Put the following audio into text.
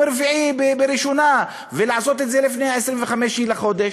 רביעי בראשונה ולעשות את זה לפני 25 בחודש?